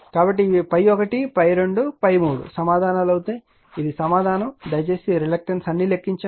కాబట్టి ఇవి ∅1 ∅2 ∅3 సమాధానాలు అవుతాయి ఇది సమాధానం దయచేసి రిలక్టన్స్ అన్నీ లెక్కించాము